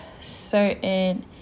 certain